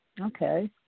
Okay